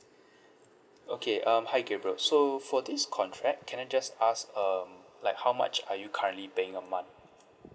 okay um hi gabriel so for this contract can I just ask um like how much are you currently paying a month